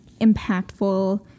impactful